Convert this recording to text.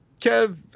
Kev